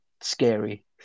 scary